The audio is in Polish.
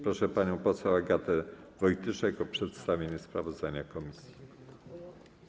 Proszę panią poseł Agatę Wojtyszek o przedstawienie sprawozdania komisji.